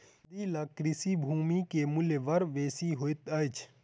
नदी लग कृषि भूमि के मूल्य बड़ बेसी होइत अछि